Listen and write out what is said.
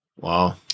Wow